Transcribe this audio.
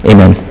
Amen